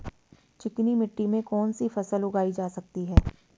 चिकनी मिट्टी में कौन सी फसल उगाई जा सकती है?